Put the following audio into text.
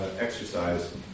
exercise